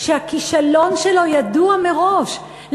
שהכישלון שלו ידוע מראש,